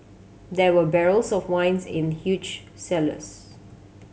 there were barrels of wines in huge cellars